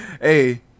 Hey